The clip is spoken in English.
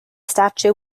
statue